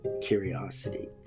curiosity